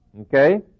Okay